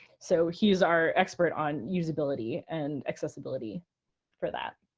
so he is our expert on usability and accessibility for that.